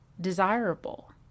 desirable